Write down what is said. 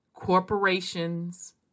Corporations